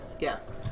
Yes